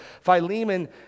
Philemon